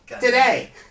today